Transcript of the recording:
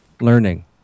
learning